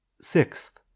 Sixth